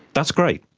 that's great,